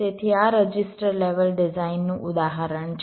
તેથી આ register level ડિઝાઇનનું ઉદાહરણ છે